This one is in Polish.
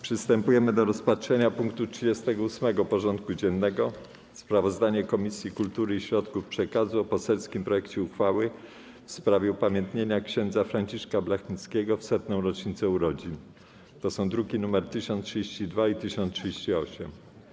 Przystępujemy do rozpatrzenia punktu 38. porządku dziennego: Sprawozdanie Komisji Kultury i Środków Przekazu o poselskim projekcie uchwały w sprawie upamiętnienia Księdza Franciszka Blachnickiego w 100. rocznicę urodzin (druki nr 1032 i 1038)